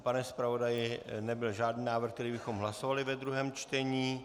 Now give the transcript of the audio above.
Pane zpravodaji, nebyl žádný návrh, který bychom hlasovali ve druhém čtení?